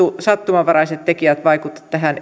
sattumanvaraiset tekijät vaikuta